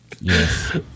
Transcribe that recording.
Yes